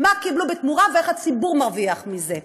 מה קיבלו בתמורה ואיך הציבור מרוויח מזה.